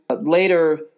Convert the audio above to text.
later